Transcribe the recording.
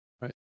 Right